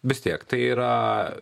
vis tiek tai yra